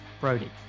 Brody